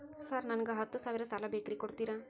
Sir ನನಗ ಹತ್ತು ಸಾವಿರ ಸಾಲ ಬೇಕ್ರಿ ಕೊಡುತ್ತೇರಾ?